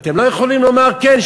ואתם לא יכולים לומר: כן,